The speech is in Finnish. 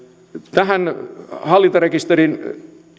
tähän hallintarekisterin